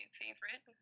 favorite